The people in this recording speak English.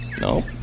No